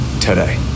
today